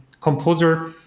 Composer